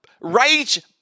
rage